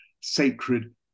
sacred